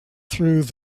through